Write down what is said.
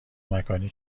مکانی